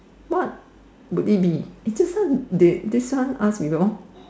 what would it be eh just now did this one asked before